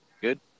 Good